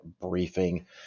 briefing